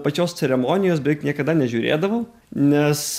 pačios ceremonijos beveik niekada nežiūrėdavau nes